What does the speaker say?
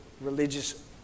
religious